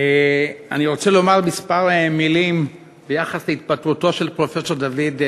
אני רוצה לומר כמה מילים על התפטרותו של פרופסור דיויד גילה.